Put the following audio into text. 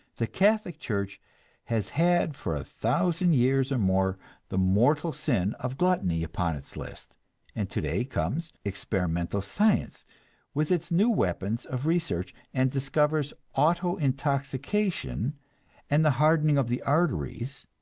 the catholic church has had for a thousand years or more the mortal sin of gluttony upon its list and today comes experimental science with its new weapons of research, and discovers autointoxication and the hardening of the arteries,